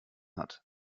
hat